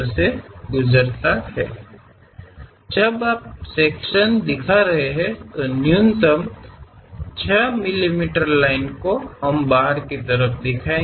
ಆದ್ದರಿಂದ ಕನಿಷ್ಠ 6 ಮಿಮೀ ಉದ್ದವನ್ನು ತೋರಿಸಬೇಕಾಗಿದೆ ನೀವು ವಿಭಾಗವನ್ನು ತೋರಿಸುತ್ತಿರುವಾಗ